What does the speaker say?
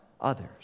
others